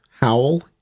howl